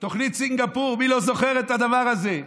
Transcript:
תוכנית סינגפור, מי לא זוכר את הדבר הזה?